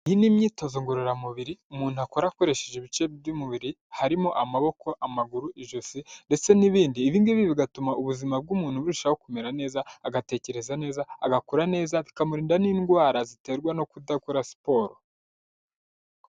Iyi ni imyitozo ngororamubiri umuntu akora akoresheje ibice by'umubiri, harimo amaboko, amaguru ijosi ndetse n'ibindi. Ibi ngibi bigatuma ubuzima bw'umuntu burushaho kumera neza, agatekereza neza, agakura neza, bikamurinda n'indwara ziterwa no kudakora siporo.